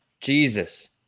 Jesus